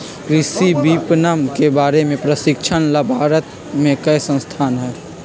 कृषि विपणन के बारे में प्रशिक्षण ला भारत में कई संस्थान हई